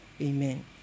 Amen